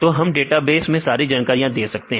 तो हम डेटाबेस में सारी जानकारियां देते हैं